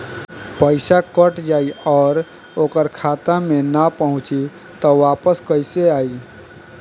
पईसा कट जाई और ओकर खाता मे ना पहुंची त वापस कैसे आई?